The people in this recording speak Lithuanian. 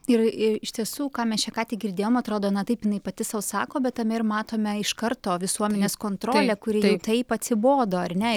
ir ir iš tiesų ką mes čia ką tik girdėjom atrodo na taip jinai pati sau sako bet tame ir matome iš karto visuomenės kontrolę kuri jau taip atsibodo ar ne